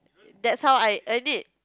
that's how I earn it